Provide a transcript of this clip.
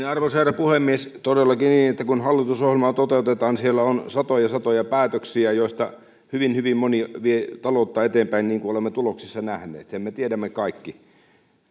arvoisa herra puhemies todellakin on niin että kun hallitusohjelmaa toteutetaan siellä on satoja satoja päätöksiä joista hyvin hyvin moni vie taloutta eteenpäin niin kuin olemme tuloksissa nähneet sen me tiedämme kaikki